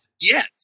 Yes